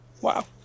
Wow